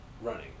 running